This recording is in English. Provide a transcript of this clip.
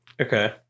Okay